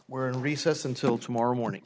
we're in recess until tomorrow morning